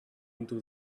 into